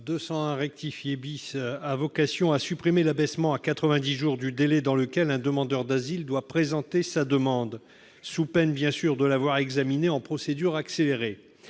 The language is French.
201 rectifié. Cet amendement a vocation à supprimer l'abaissement à 90 jours du délai dans lequel un demandeur d'asile doit présenter sa demande, sous peine de la voir examinée en procédure accélérée.